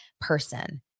person